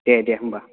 दे दे होमब्ला